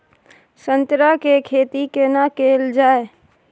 संतरा के खेती केना कैल जाय?